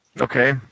Okay